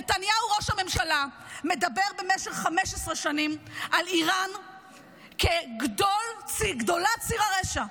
נתניהו ראש הממשלה מדבר במשך 15 שנים על איראן כגדולת ציר הרשע.